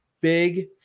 big